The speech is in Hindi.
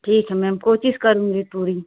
ठीक है मैम कोशिश करूँगी पूरी